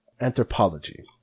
Anthropology